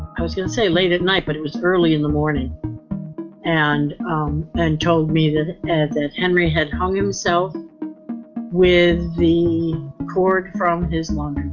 i was going to say late at night, but it was early in the morning and then told me that as henry had hung himself with the cord from his long.